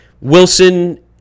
Wilson